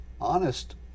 honest